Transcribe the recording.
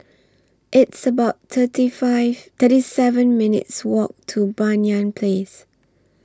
It's about thirty five thirty seven minutes' Walk to Banyan Place